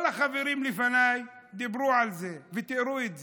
כל החברים לפניי דיברו על זה ותיארו את זה.